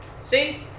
See